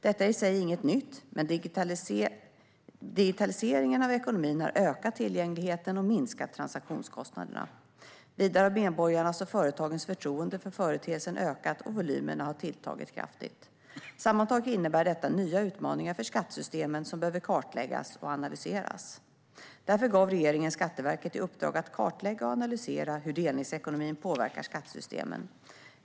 Detta är i sig inget nytt, men digitaliseringen av ekonomin har ökat tillgängligheten och minskat transaktionskostnaderna. Vidare har medborgarnas och företagens förtroende för företeelsen ökat, och volymerna har tilltagit kraftigt. Sammantaget innebär detta nya utmaningar för skattesystemen som behöver kartläggas och analyseras. Därför gav regeringen Skatteverket i uppdrag att kartlägga och analysera hur delningsekonomin påverkar skattesystemen.